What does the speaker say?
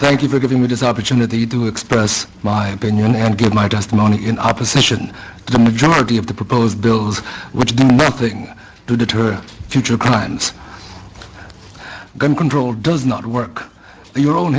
thank you for giving me this opportunity to express my opinion and give my testimony in opposition to the majority of the proposed bills which nothing to deter future plans gun control does not work and your own